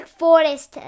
forest